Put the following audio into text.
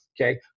okay